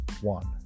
one